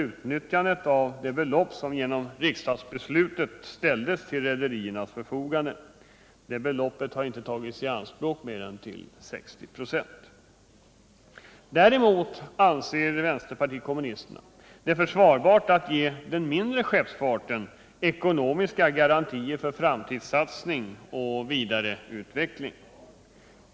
utnyttjandet av det belopp som genom riksdagsbeslutet ställdes till rederiernas förfogande. Detta belopp har inte tagit i anspråk mer än till ca 60 96. Däremot anser vpk det försvarbart att ge den mindre skeppsfarten ekonomiska garantier för framtidssatsning och vidareutveckling.